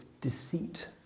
deceit